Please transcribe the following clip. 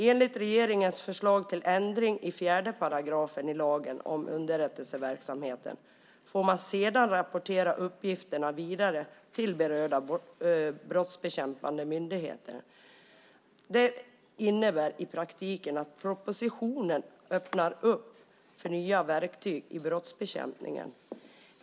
Enligt regeringens förslag till ändring i 4 § i lagen om underrättelseverksamheten får man sedan rapportera uppgifterna vidare till berörda brottsbekämpande myndigheter. Det innebär i praktiken att propositionen öppnar upp för nya verktyg i brottsbekämpningen.